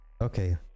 Okay